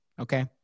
okay